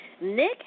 Nick